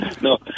No